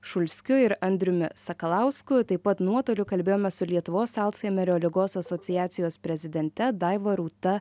šulskiu ir andriumi sakalausku taip pat nuotoliu kalbėjome su lietuvos alzheimerio ligos asociacijos prezidente daiva rūta